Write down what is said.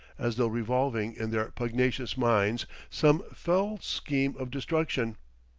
as though revolving in their pugnacious minds some fell scheme of destruction.